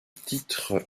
titre